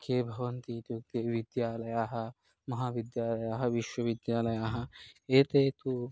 के भवन्ति इति उक्ते विद्यालयाः महाविद्यालयाः विश्वविद्यालयाः एते तु